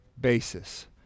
basis